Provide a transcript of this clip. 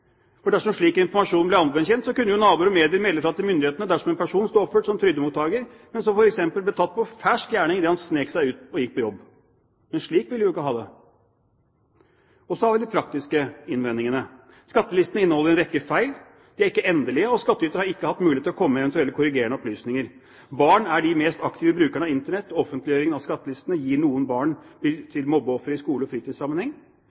Dersom slik informasjon ble allment kjent, kunne jo naboer og medier melde fra til myndighetene dersom en person sto oppført som trygdemottager, men ble tatt på fersk gjerning idet han snek seg ut og gikk på jobb. Slik vil vi jo ikke ha det! Så har vi de praktiske innvendingene: Skattelistene inneholder en rekke feil. De er ikke endelige, og skattytere har ikke hatt mulighet til å komme med eventuelle korrigerende opplysninger. Barn er de mest aktive brukerne av Internett, og offentliggjøringen av skattelistene gjør noen barn til mobbeofre i skole- og fritidssammenheng.